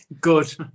Good